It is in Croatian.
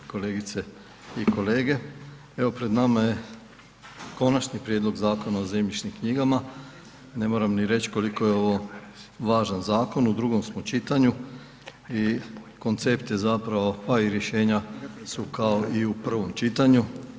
Kolegice i kolege, evo pred nama je Konači prijedlog Zakona o zemljišnim knjigama ne moram ni reći koliko je ovo važan zakon, u drugom smo čitanju i koncept je zapravo, a i rješenja su kao i u prvom čitanju.